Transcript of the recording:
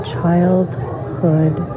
childhood